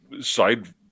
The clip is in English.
side